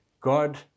God